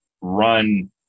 run